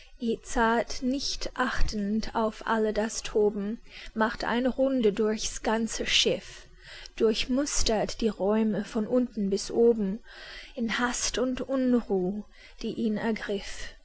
nicht achtend auf alle das toben macht eine runde durchs ganze schiff durchmustert die räume von unten bis oben in hast und unruh die ihn ergriff